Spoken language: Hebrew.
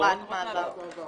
הוראות המעבר.